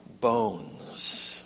bones